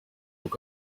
uko